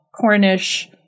Cornish